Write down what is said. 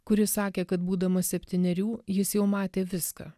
kuris sakė kad būdamas septynerių jis jau matė viską